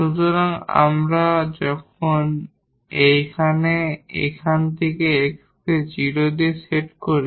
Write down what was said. যখন আমরা এখানে এই X থেকে 0 সেট করি